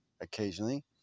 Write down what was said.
Occasionally